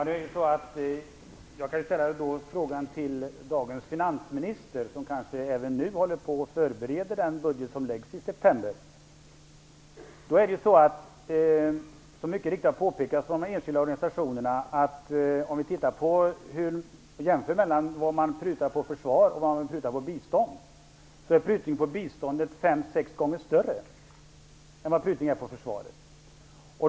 Fru talman! Jag kan ställa frågan till dagens finansminister, som kanske redan nu förbereder den budget som läggs fram i september. Som mycket riktigt påpekades från de enskilda organisationerna är prutningen inom biståndet fem sex gånger större än vad den är inom försvaret.